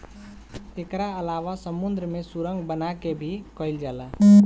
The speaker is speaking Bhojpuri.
एकरा अलावा समुंद्र में सुरंग बना के भी कईल जाला